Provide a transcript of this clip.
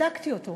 בדקתי אותו.